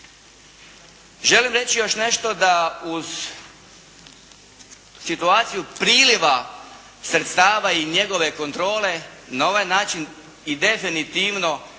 Želim reći još nešto, da uz situaciju priliva sredstava i njegove kontrole na ovaj način i definitivno